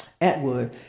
Atwood